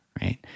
right